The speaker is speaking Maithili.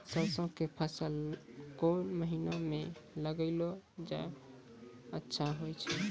सरसों के फसल कोन महिना म लगैला सऽ अच्छा होय छै?